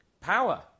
power